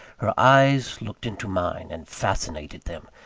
her eyes looked into mine, and fascinated them,